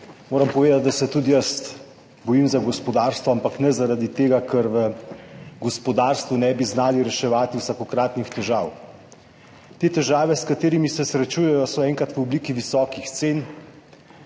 Moram povedati, da se tudi jaz bojim za gospodarstvo, ampak ne zaradi tega, ker v gospodarstvu ne bi znali reševati vsakokratnih težav. Te težave, s katerimi se srečujejo, so enkrat v obliki visokih cen